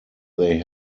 they